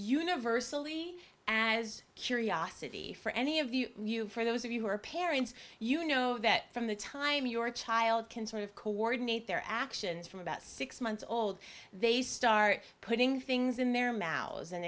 universally as curiosity for any of you for those of you who are parents you know that from the time your child can sort of coordinate their actions from about six months old they start putting things in their mouths and